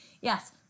yes